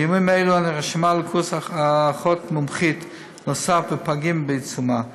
בימים אלה ההרשמה לקורס נוסף של אחות מומחית בפגים בעיצומה.